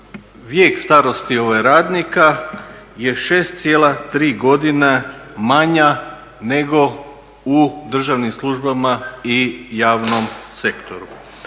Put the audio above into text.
vijek starosti radnika je 6,3 godine manja nego u državnim službama i javnom sektoru.